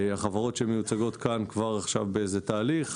החברות שמיוצגות כאן כבר עכשיו באיזה תהליך,